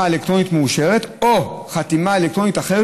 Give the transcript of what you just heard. אלקטרונית מאושרת או חתימה אלקטרונית אחרת,